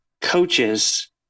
coaches